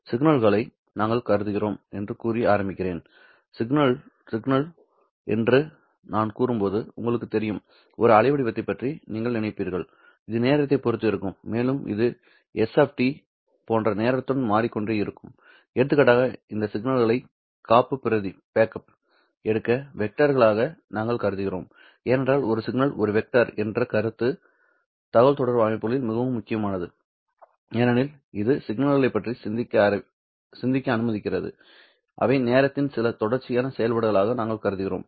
சிக்னல்களை நாங்கள் கருதுகிறோம் என்று கூறி ஆரம்பிக்கிறேன் சிக்னல் என்று நான் கூறும்போது உங்களுக்குத் தெரியும் ஒரு அலைவடிவத்தைப் பற்றி நீங்கள் நினைப்பீர்கள் இது நேரத்தைப் பொறுத்து இருக்கும் மேலும் இது s போன்ற நேரத்துடன் மாறிக்கொண்டே இருக்கும் எடுத்துக்காட்டாக இந்த சிக்னல்களை காப்புப்பிரதி எடுக்க வெக்டர்களாக நாங்கள் கருதுகிறோம் ஏனென்றால் ஒரு சிக்னல் ஒரு வெக்டர் என்ற கருத்து தகவல் தொடர்பு அமைப்புகளில் மிகவும் முக்கியமானது ஏனெனில் இது சிக்னல்களைப் பற்றி சிந்திக்க அனுமதிக்கிறதுஅவை நேரத்தின் சில தொடர்ச்சியான செயல்பாடுகளாக நாங்கள் கருதுகிறோம்